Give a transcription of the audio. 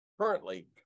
currently